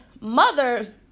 mother